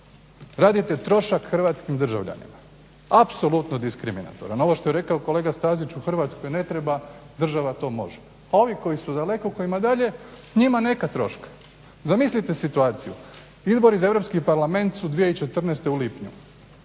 Radite trošak hrvatskim državljanima. Apsolutno diskriminatoran. Ovo što je rekao kolega Stazić, u Hrvatskoj ne treba država to može. Ovi koji su daleko, kojima je dalje, njima neka troška. Zamislite situaciju, izbori za Europski parlament su 2014. u lipnju,